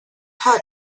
hut